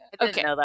okay